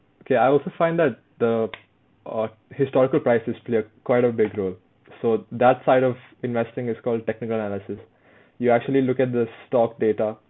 okay I also find that the uh historical prices play a quite a big role so that side of investing is called technical analysis you actually look at the stock data